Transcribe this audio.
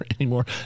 anymore